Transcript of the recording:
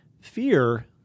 fear